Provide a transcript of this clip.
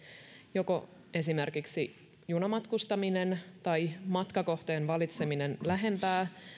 joko esimerkiksi junamatkustaminen tai matkakohteen valitseminen lähempää